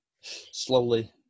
slowly